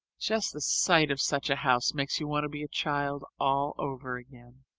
just the sight of such a house makes you want to be a child all over again.